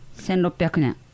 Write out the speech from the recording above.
1600年